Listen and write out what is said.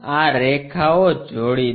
આ રેખાઓ જોડી દો